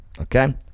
Okay